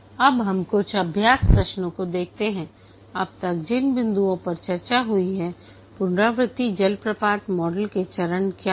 अब हम कुछ अभ्यास प्रश्नों को देखते हैं अब तक जिन बिंदुओं पर चर्चा हुई है पुनरावृत्ति जलप्रपात मॉडल के चरण क्या हैं